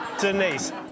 Denise